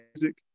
music